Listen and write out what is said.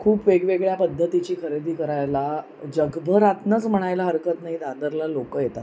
खूप वेगवेगळ्या पद्धतीची खरेदी करायला जगभरातूनच म्हणायला हरकत नाही दादरला लोक येतात